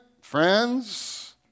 friends